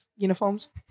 uniforms